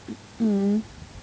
mm